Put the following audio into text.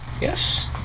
yes